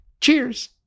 Cheers